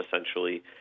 essentially